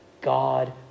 God